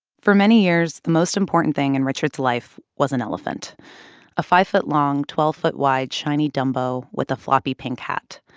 for many years, the most important thing in richard's life was an elephant a five foot long, twelve foot wide, shiny dumbo with a floppy pink hat.